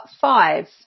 five